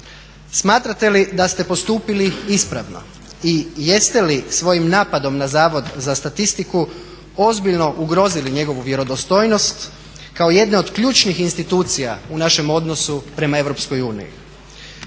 Smatrate li da ste postupili ispravno i jeste li svojim napadom na Zavod za statistiku ozbiljno ugrozili njegovu vjerodostojnost kao jedne od ključnih institucija u našem odnosu prema EU?